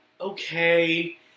okay